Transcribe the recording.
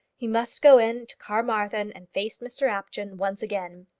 he must go into carmarthen and face mr apjohn once again.